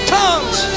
tongues